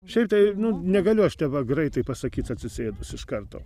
šiaip tai nu negaliu aš te va greitai pasakyt atsisėdus iš karto